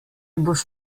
boš